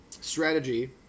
strategy